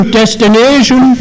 destination